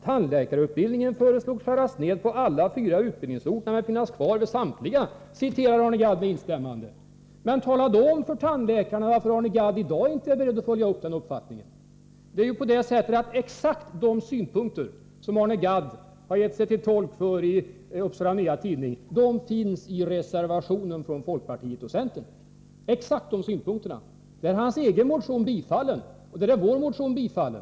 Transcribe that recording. Tandläkarutbildningen föreslogs skäras ned på alla fyra utbildningsorter, men finnas kvar vid samtliga.” Men tala då om för tandläkarna varför Arne Gadd i dag inte är beredd att följa upp den uppfattningen! Exakt de synpunkter som Arne Gadd har gjort sig till tolk för i Upsala Nya Tidning finns i reservationen från folkpartiet och centern — exakt de synpunkterna. Den reservationen innebär att både hans och vår motion bifalls.